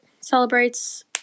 celebrates